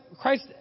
Christ